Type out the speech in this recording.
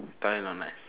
try not nice